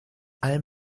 all